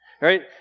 right